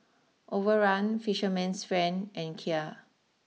Overrun Fisherman's Friend and Kia